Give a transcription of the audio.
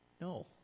No